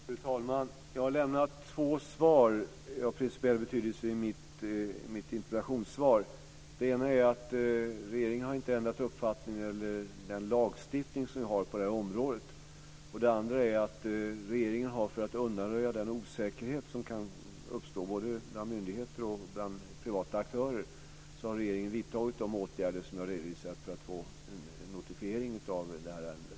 Fru talman! Jag har lämnat två svar av principiell betydelse i mitt interpellationssvar. Det ena är att regeringen inte har ändrat uppfattning när det gäller den lagstiftning som vi har på detta område. Det andra är att regeringen för att undanröja den osäkerhet som kan uppstå både bland myndigheter och bland privata aktörer har vidtagit de åtgärder som jag har redovisat för att få en notifiering av ärendet.